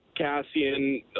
Cassian